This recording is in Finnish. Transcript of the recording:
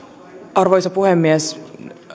arvoisa puhemies